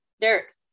Derek